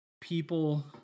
people